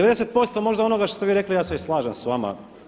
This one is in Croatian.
90% možda onoga što ste vi rekli ja se i slažem s vama.